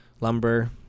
lumber